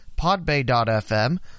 Podbay.fm